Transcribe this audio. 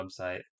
website